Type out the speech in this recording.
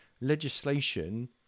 legislation